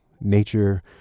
nature